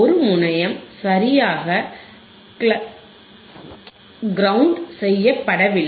ஒரு முனையம் சரியாக கிரௌண்ட் செய்யப்படவில்லை